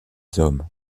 hommes